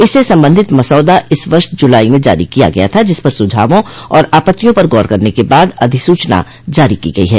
इससे संबंधित मसौदा इस वर्ष जुलाई में जारी किया गया था जिस पर सुझावों और आपत्तियों पर गौर करने के बाद अधिसूचना जारी की गई है